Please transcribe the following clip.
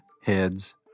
heads